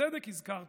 בצדק הזכרת